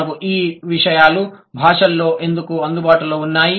మనకు ఈ విషయాలు భాషల్లో ఎందుకు అందుబాటులో ఉన్నాయి